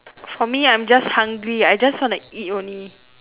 for me I'm just hungry I just want to eat only